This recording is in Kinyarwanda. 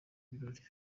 birori